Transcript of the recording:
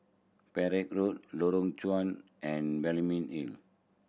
Perak Road Lorong Chuan and Balmeg ill